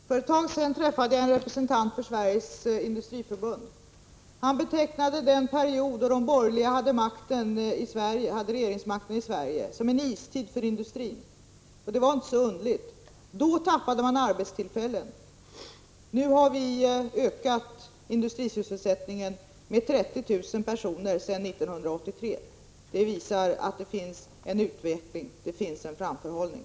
Herr talman! För ett tag sedan träffade jag en representant för Sveriges industriförbund. Han betecknade den period då de borgerliga hade regeringsmakten i Sverige som en istid för industrin, och det var inte så underligt. Då tappade man arbetstillfällen. Nu har vi ökat industrisysselsättningen med 30 000 personer sedan 1983. Det visar att det finns en utveckling och en framförhållning.